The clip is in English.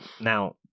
Now